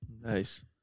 Nice